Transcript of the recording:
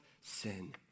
sin